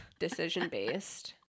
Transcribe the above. decision-based